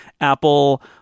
Apple